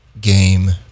game